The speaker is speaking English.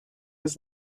his